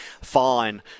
fine